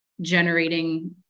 generating